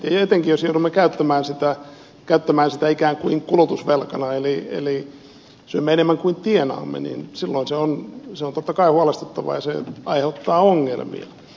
tietenkin jos joudumme käyttämään sitä ikään kuin kulutusvelkana eli syömme enemmän kuin tienaamme niin silloin se on totta kai huolestuttavaa ja se aiheuttaa ongelmia